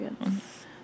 Yes